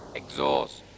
exhaust